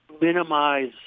minimize